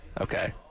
Okay